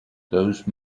those